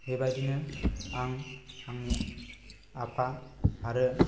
बेबायदिनो आं आंनि आफा आरो